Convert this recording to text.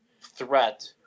threat